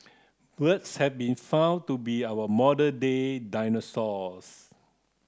birds have been found to be our modern day dinosaurs